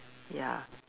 ya